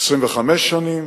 25 שנים.